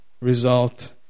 result